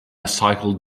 cycled